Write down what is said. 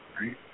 Right